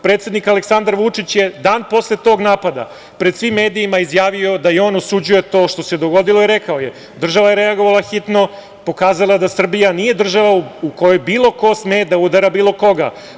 Predsednik Aleksandar Vučić je dan posle tog napada pred svim medijima izjavio da i on osuđuje to što se dogodilo i rekao je – država je reagovala hitno, pokazala je da Srbija nije država u kojoj bilo ko sme da udara bilo koga.